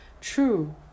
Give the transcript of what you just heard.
True